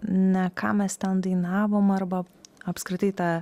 ne ką mes ten dainavom arba apskritai tą